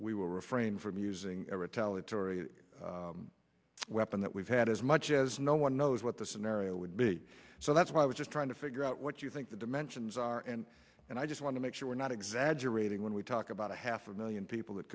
we will refrain from using a retaliatory weapon that we've had as much as no one knows what the scenario would be so that's why we're just trying to figure out what you think the dimensions are and i just want to make sure we're not exaggerating when we talk about a half a million people that